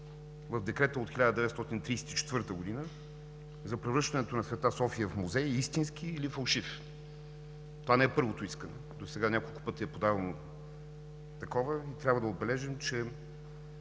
в Декрета от 1934 г. за превръщането на „Св. София“ в музей е истински или фалшив. Това не е първото искане. Досега няколко пъти е подавано такова и трябва да отбележим, че